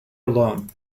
alone